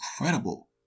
incredible